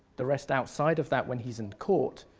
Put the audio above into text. the rest outside of that when he's in court,